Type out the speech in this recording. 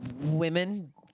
Women